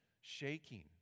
shaking